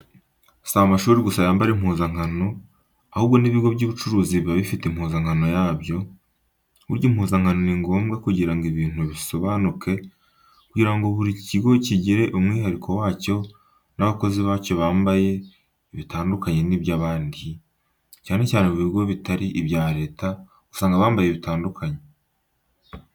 Si amashuri gusa yambara impuzankano, ahubwo n'ibigo by'ubucuruzi biba bifite impuzankano yabyo, burya impuzankano ni ngombwa kugira ngo ibintu bisobanuke kugira ngo buri kigo kigire umwihariko wacyo n'abakozi bacyo bambaye bitandukanye n'iby'abandi, cyane cyane mu bigo bitari ibya leta usanga bambaye bitandukanye.